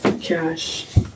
cash